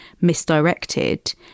misdirected